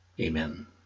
Amen